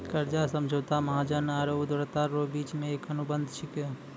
कर्जा समझौता महाजन आरो उदारकरता रो बिच मे एक अनुबंध छिकै